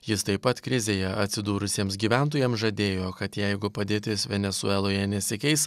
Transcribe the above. jis taip pat krizėje atsidūrusiems gyventojams žadėjo kad jeigu padėtis venesueloje nesikeis